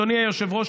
אדוני היושב-ראש,